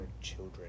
children